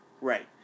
Right